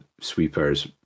sweepers